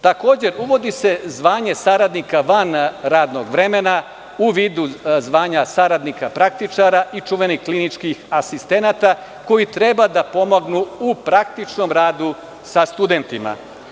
Takođe, uvodi se zvanje saradnika van radnog vremena u vidu zvanja saradnika praktičara i čuvenih kliničkih asistenata, koji treba da pomognu u praktičnom radu sa studentima.